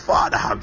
Father